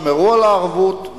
שמרו על הערבות,